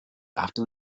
after